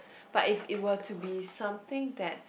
but if it were to be something that